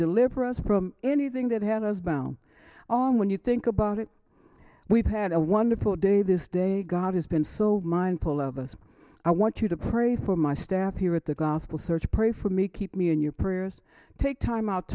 deliver us from anything that had us bound all when you think about it we've had a wonderful day this day god has been so mindful of us i want you to pray for my staff here at the gospel search pray for me keep me in your prayers take time out